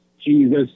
Jesus